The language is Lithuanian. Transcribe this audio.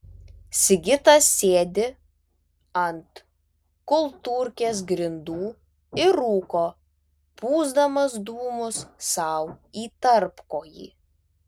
sigitas sėdi ant kultūrkės grindų ir rūko pūsdamas dūmus sau į tarpkojį